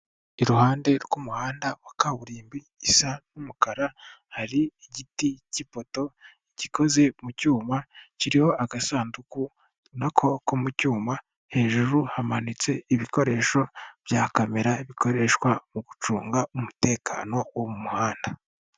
Iruhande rw'umuhanda wa kaburimbo isa n'umukara hari igiti cy'ipoto igikoze mu cyuma kiriho agasanduku nako mu cyuma, hejuru hamanitse ibikoresho bya kamera bikoreshwa mu gucunga umutekano wo mu muhanda.